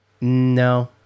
No